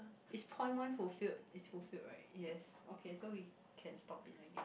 it's point one fulfilled it's fulfilled right yes okay so we can stop it I guess